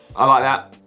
i like that.